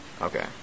Okay